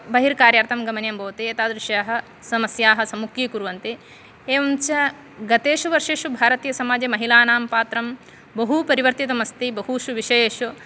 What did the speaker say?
बहिर्कार्यार्थं गमनीयं भवति एतादृश्याः समस्याः सम्मुखीकुर्वन्ति एवञ्च गतेषु वर्षेषु भारतीयसमाजे महिलानां पात्रं बहु परिवर्तितम् अस्ति बहुषु विषयेषु